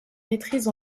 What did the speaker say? maîtrise